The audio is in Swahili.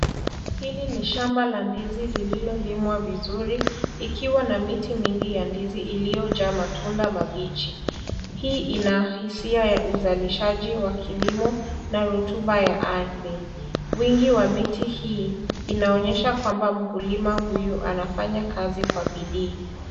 Hili ni shamba la ndizi liliolimwa vizuri ikiwa na miti mingi ya ndizi iliyojaa matunda mabichi, hii ina hisia ya uzalishaji wa kilimo na rutuba ya ardhi, wingi wa miti hii inaonesha kwamba mkulima huyu anafanya kazi kwa bidii.